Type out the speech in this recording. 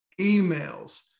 emails